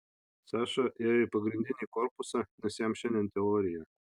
saša ėjo į pagrindinį korpusą nes jam šiandien teorija